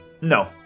No